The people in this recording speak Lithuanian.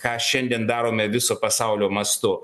ką šiandien darome viso pasaulio mastu